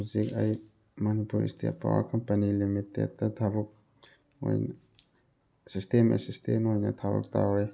ꯍꯧꯖꯤꯛ ꯑꯩ Manipur state power company limited ꯊꯕꯛ ꯑꯣꯏꯅ ꯁꯤꯁꯇꯦꯝ ꯑꯦꯁꯤꯁꯇꯦꯟ ꯑꯣꯏꯅ ꯊꯕꯛ ꯇꯧꯔꯤ